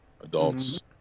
adults